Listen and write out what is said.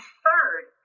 third